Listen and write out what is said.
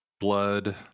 Blood